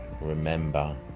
remember